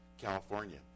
California